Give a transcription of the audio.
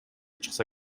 чыкса